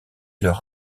leur